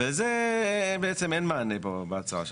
ולזה בעצם אין מענה בהצעה.